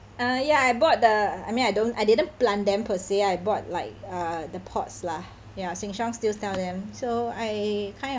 uh ya I bought the I mean I don't I didn't plant them per se I bought like uh the pots lah ya sheng siong still sell them so I kind~